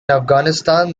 afghanistan